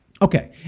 Okay